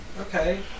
Okay